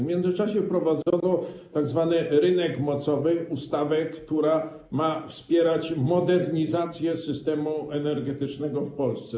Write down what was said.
W międzyczasie prowadzono tzw. rynek mocowy, chodzi o ustawę, która ma wspierać modernizację systemu energetycznego w Polsce.